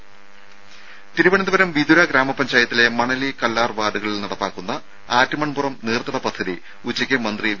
രുഭ തിരുവനന്തപുരം വിതുര ഗ്രാമപഞ്ചായത്തിലെ മണലി കല്ലാർ വാർഡുകളിൽ നടപ്പാക്കുന്ന ആറ്റുമൺപുറം നീർത്തട പദ്ധതി ഉച്ചയ്ക്ക് മന്ത്രി വി